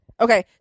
Okay